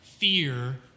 Fear